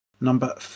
number